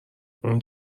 اون